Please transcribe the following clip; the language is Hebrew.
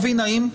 באמת